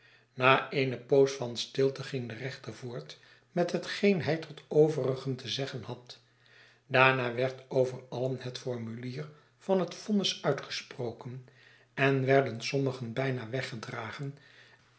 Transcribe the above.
na eene poos van stilte ging de rechter voort met hetgeen hij tot de overigen te zeggen had daarna werd over alien het formulier van het vonnis uitgesproken en werden sommigen bijna weggedragen